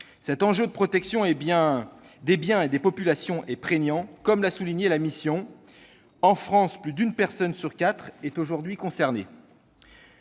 Cet enjeu de protection des biens et des populations est prégnant, comme l'a souligné la mission : en France, plus d'une personne sur quatre est aujourd'hui concernée.